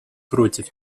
против